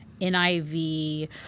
NIV